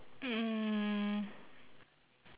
mm